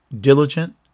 diligent